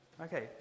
Okay